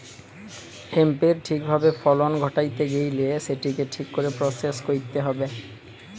হেম্পের ঠিক ভাবে ফলন ঘটাইতে গেইলে সেটিকে ঠিক করে প্রসেস কইরতে হবে